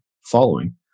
following